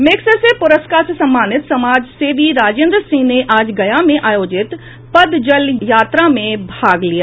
Magsaysay पूरस्कार से सम्मानित समाजसेवी राजेन्द्र सिंह ने आज गया में आयोजित पदजल यात्रा में भाग लिया